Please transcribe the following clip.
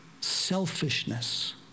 selfishness